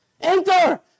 Enter